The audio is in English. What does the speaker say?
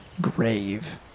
grave